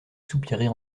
soupirer